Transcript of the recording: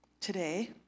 today